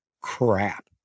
crap